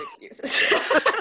excuses